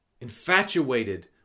infatuated